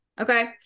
Okay